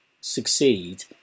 succeed